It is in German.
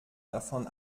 davon